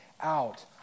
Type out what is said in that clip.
out